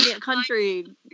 country